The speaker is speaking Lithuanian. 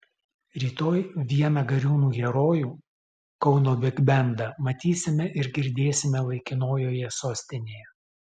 rytoj vieną gariūnų herojų kauno bigbendą matysime ir girdėsime laikinojoje sostinėje